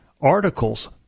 articles